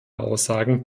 aussagen